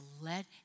let